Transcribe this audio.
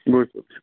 বুইছোঁ